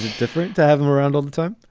different to have um around all the time?